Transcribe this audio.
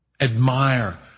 Admire